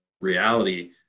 reality